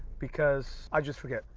because i just forget,